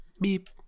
beep